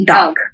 Dog